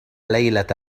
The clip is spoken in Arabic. ليلة